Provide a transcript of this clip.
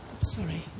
sorry